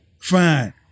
Fine